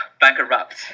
bankrupt